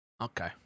okay